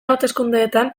hauteskundeetan